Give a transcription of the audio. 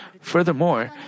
Furthermore